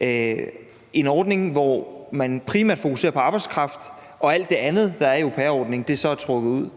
Det er en ordning, hvor man primært fokuserer på arbejdskraft, og alt det andet, der er i au pair-ordningen, er så trukket ud.